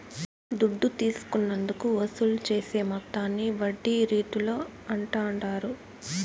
దుడ్డు తీసుకున్నందుకు వసూలు చేసే మొత్తాన్ని వడ్డీ రీతుల అంటాండారు